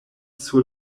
sur